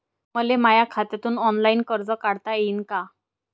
मले माया खात्यातून ऑनलाईन कर्ज काढता येईन का?